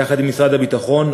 יחד עם משרד הביטחון,